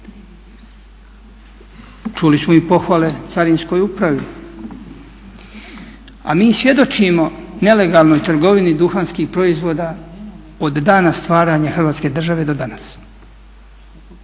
čuli smo i pohvale Carinskoj upravi a mi svjedočimo nelegalnoj trgovini duhanskih proizvoda od dana stvaranja Hrvatske države do danas.